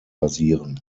basieren